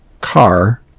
car